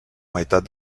meitat